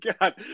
god